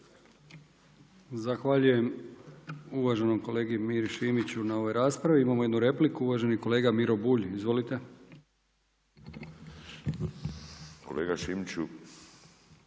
Zahvaljujem uvaženom kolegi Veljku Kajtaziju na ovoj raspravi. Imamo jednu repliku, uvaženi kolega Mladen Madjer. Izvolite. **Madjer,